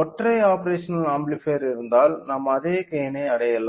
ஒற்றை operational amplifier இருந்தால் நாம் அதே கெய்ன் ஐ அடையலாம்